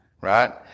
right